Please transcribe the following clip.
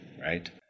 right